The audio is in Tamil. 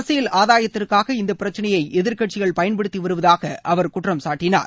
அரசியல் ஆதாயத்திற்காக இந்த பிரச்சினையை எதிர்க்கட்சிகள் பயன்படுத்தி வருவதாக அவர் குற்றம்சாட்டினார்